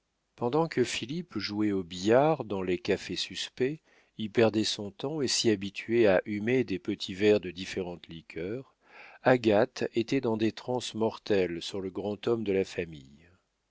pendant que philippe jouait au billard dans les cafés suspects y perdait son temps et s'y habituait à humer des petits verres de différentes liqueurs agathe était dans des transes mortelles sur le grand homme de la famille